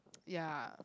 ya